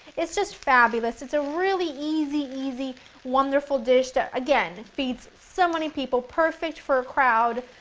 it's just fabulous, it's a really easy easy wonderful dish, that again, feeds so many people perfect for a crowd,